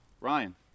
Ryan